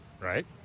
Right